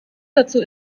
dazu